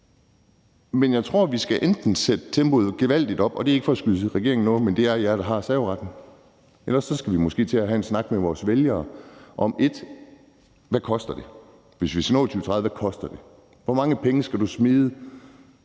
Men jeg tror, vi enten skal sætte tempoet gevaldigt op, og det er ikke for at beskylde regeringen for noget, men det er jer, der har serveretten, eller også skal vi måske til at have en snak med vores vælgere om, hvad det koster. Det er det første. Hvis vi skal nå det i 2030, hvad koster det så? Hvor mange penge skal du smide